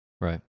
Right